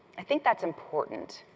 i think that's important.